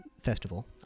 festival